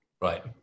right